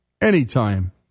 Anytime